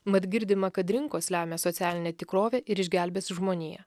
mat girdima kad rinkos lemia socialinę tikrovę ir išgelbės žmoniją